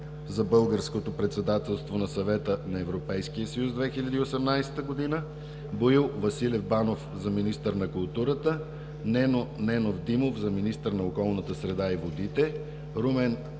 за българското председателство на Съвета на Европейския съюз, 2018 г., - Боил Василев Банов – за министър на културата, - Нено Ненов Димов – за министър на околната среда и водите, - Румен Андонов